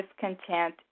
discontent